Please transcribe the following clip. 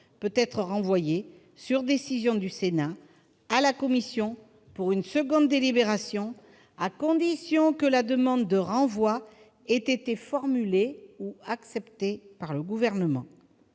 peut être renvoyé, sur décision du Sénat, à la commission pour une seconde délibération, à condition que la demande de renvoi ait été formulée ou acceptée par le Gouvernement